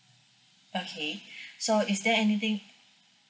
okay so is there anything